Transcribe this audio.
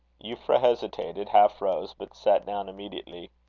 euphra hesitated, half rose, but sat down immediately.